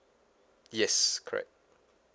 yes correct